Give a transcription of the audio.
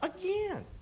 again